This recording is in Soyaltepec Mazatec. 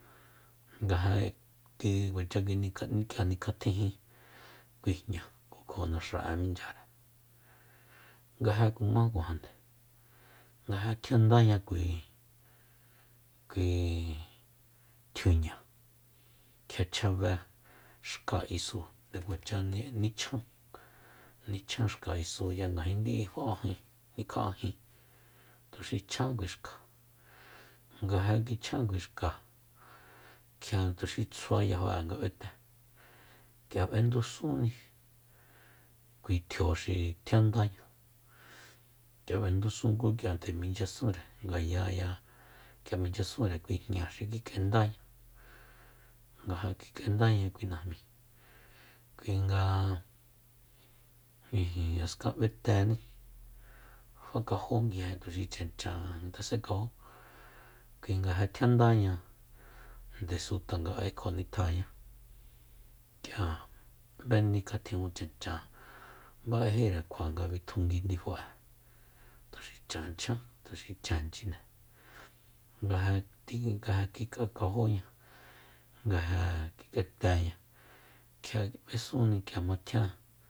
Nga ja ki kuacha kinika k'ia nikatjijin kui jña kjo naxa'e minchyare nga ja kumakuajande nga ja tjiandaña kui- kui tjiuña kjia chjabe xka isu nde kuacha nichjan nichjan xka isuya ngajin di'i fa'ajin nikja'ajin tuxi chjan kui xka nga ja kichjan kui xka kjia nga tuxi tsjua yajo'e nga b'ete k'ia b'endusúnni kui tjio xi tjian ndaña k'ia b'endusun ku k'ia nde minchyasunre ngayaya k'ia minchyasunre kui jña xi kik'endaña nga ja kik'endaña kui najmíi kuinga ijin jaskan b'eténí fakajó nguije tuxi chanchan ngas'ekajó kuinga ja tjiandáña ndesu tanga'e kjo nitjaña k'ia b'e nikatjiajun chanchan ba'éjikjua nga bitjungui ndifa'e tuxi chan chján tuxi chan chine nga je ti- nga jakik'ekajóña nga ja kik'eteña kjia b'esunni k'ia jma tjian